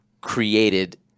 created